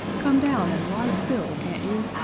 come down and lie still, can't you?